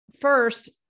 First